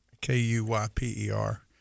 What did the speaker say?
K-U-Y-P-E-R